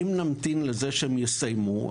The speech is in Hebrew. אם נמתין שהם יסיימו,